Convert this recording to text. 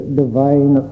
divine